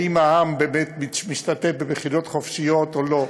ואם העם באמת משתתף בבחירות חופשיות או לא,